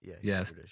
Yes